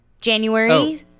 january